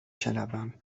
شنوم